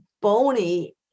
bony